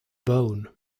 bone